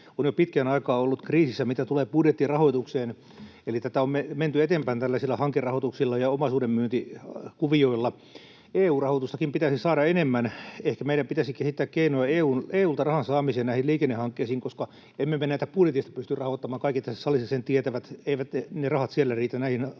on jo pitkän aikaa ollut kriisissä, mitä tulee budjettirahoitukseen. Eli tätä on menty eteenpäin tällaisilla hankerahoituksilla ja omaisuudenmyyntikuvioilla. EU-rahoitustakin pitäisi saada enemmän. Ehkä meidän pitäisi kehittää keinoja EU:lta rahan saamiseen näihin liikennehankkeisiin, koska emme me näitä budjetista pysty rahoittamaan, kaikki tässä salissa sen tietävät. Eivät ne rahat siellä riitä näihin hankkeisiin.